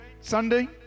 Sunday